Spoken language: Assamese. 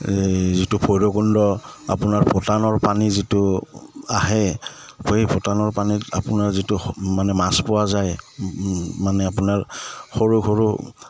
এই যিটো ভৈৰৱকুণ্ড আপোনাৰ ভূটানৰ পানী যিটো আহে সেই ভূটানৰ পানীত আপোনাৰ যিটো মানে মাছ পোৱা যায় মানে আপোনাৰ সৰু সৰু